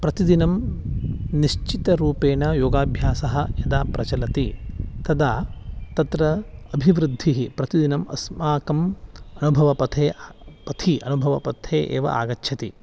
प्रतिदिनं निश्चितरूपेण योगाभ्यासः यदा प्रचलति तदा तत्र अभिवृद्धिः प्रतिदिनम् अस्माकम् अनुभवपथे पथे अनुभवपथे एव आगच्छति